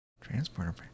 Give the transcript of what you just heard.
Transporter